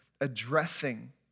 addressing